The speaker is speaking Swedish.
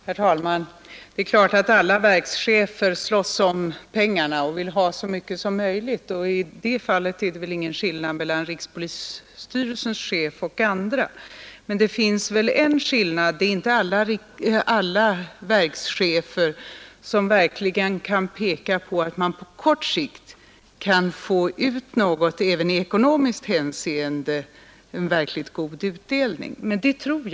Herr talman! Det är klart att alla verkschefer slåss om pengarna och vill ha så mycket som möjligt; i det fallet är det väl ingen skillnad mellan rikspolisstyrelsens chef och andra. Men det finns nog en skillnad: det är inte alla verkschefer som kan peka på att man på kort sikt kan få en verkligt god utdelning även i ekonomiskt hänseende, men det tror jag på här.